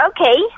Okay